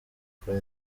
kuri